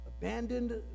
abandoned